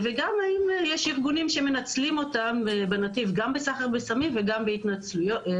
וגם האם יש ארגונים שמנצלים אותם בנתיב גם בסחר בסמים וגם בשימוש?